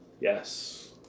Yes